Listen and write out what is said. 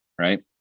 Right